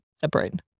separate